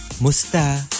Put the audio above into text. Musta